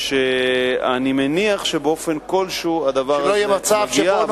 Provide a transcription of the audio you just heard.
שאני מניח באופן כלשהו שהדבר הזה מגיע,